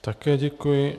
Také děkuji.